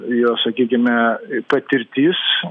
jo sakykime patirtis